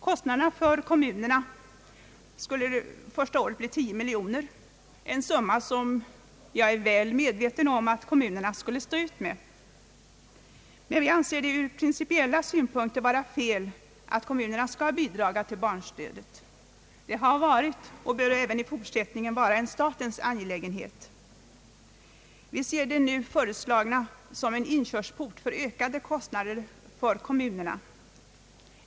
Kostnaden för kommunerna skulle under det första året bli 10 miljoner kronor, en summa som väl kommunerna borde kunna gå i land med. Vi anser dock att det från principiell synpunkt är fel att kommunerna skall bidra till barnstödet. Det har varit och bör även i fortsättningen vara en statens angelägenhet. Vi ser förslaget som en inkörsport för ökade kostnader för kommunerna.